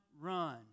run